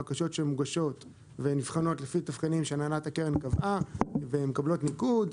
בקשות שמוגשות נבחנות לפי תבחינים שהנהלת הקרן קבעה ומקבלות ניקוד.